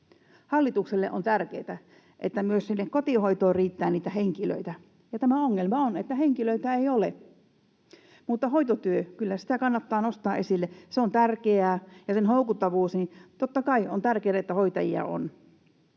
Hallitukselle on tärkeätä, että myös sinne kotihoitoon riittää niitä henkilöitä, ja tämä ongelma on, että henkilöitä ei ole. Mutta kyllä hoitotyötä kannattaa nostaa esille. Se on tärkeää. Ja houkuttavuudesta: totta kai on tärkeää, että hoitajia on.